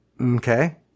Okay